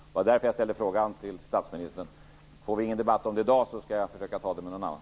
Det var därför som jag ställde frågan till statsministern. Blir det ingen debatt i dag skall jag försöka ta upp frågan med någon annan.